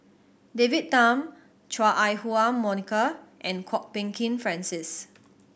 David Tham Chua Ah Huwa Monica and Kwok Peng Kin Francis